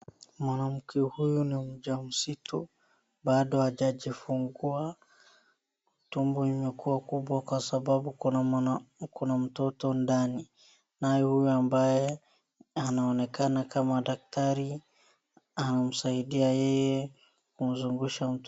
Mwanamke huyu ni mjamzito bado hajajifungua. Tumbo imekuwa kubwa kwa sababu kuna mtoto ndani. Naye huyu ambaye anaonekana kama daktari anamsaidia yeye kumzungusha mtoto.